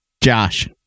Josh